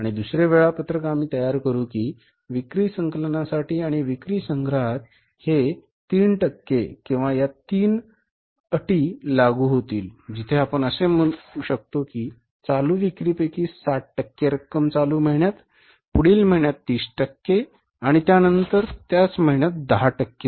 आणि दुसरे वेळापत्रक आम्ही तयार करू की विक्री संकलनासाठी आणि विक्री संग्रहात ही तीन टक्के किंवा या तीन अटी लागू होतील जिथे आपण असे म्हणू शकतो की चालू विक्रीपैकी 60 टक्के रक्कम चालू महिन्यात आणि पुढील महिन्यात 30 टक्के जमा केली जाईल आणि त्यानंतर त्याच महिन्यात 10 टक्के